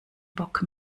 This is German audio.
bock